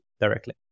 directly